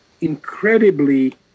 incredibly